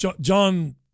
John